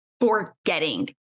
forgetting